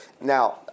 Now